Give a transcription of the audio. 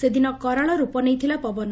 ସେଦିନ କରାଳ ରୂପ ନେଇଥିଲା ପବନ